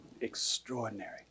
extraordinary